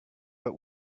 but